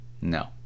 no